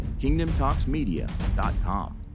KingdomTalksMedia.com